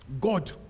God